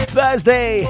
Thursday